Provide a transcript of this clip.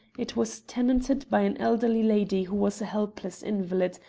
it was tenanted by an elderly lady who was a helpless invalid,